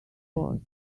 was